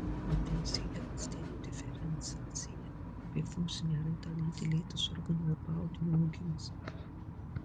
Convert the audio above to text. intensyvią ląstelių diferenciaciją bei funkcinę raidą lydi lėtas organo arba audinio augimas